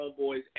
homeboy's